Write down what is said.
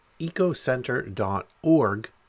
ecocenter.org